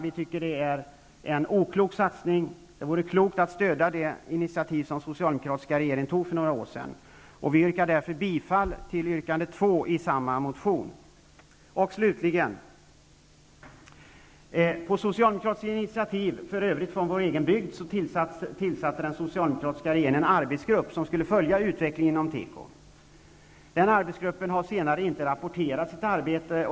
Vi tycker att det är en oklok satsning. Det vore klokt att stödja det initiativ som den socialdemokratiska regeringen tog för några år sedan. Vi yrkar därför bifall till yrkande 2 i motionen. På socialdemokratiskt initiativ, för övrigt från vår egen bygd, tillsatte den socialdemokratiska regeringen en arbetsgrupp som skulle följa utvecklingen inom teko. Den arbetsgruppen har inte rapporterat sitt arbete.